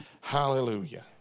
Hallelujah